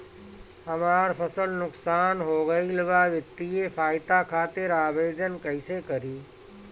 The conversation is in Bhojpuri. हमार फसल नुकसान हो गईल बा वित्तिय सहायता खातिर आवेदन कइसे करी?